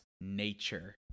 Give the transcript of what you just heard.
nature